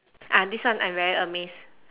ah this one I'm very amazed